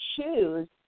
choose